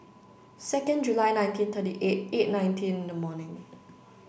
second July nineteen thirty eight eight nineteen in the morning